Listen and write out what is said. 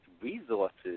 resources